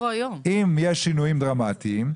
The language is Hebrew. אם יש שינויים דרמטיים,